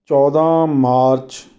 ਚੌਦਾਂ ਮਾਰਚ